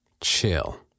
chill